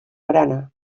barana